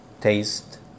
taste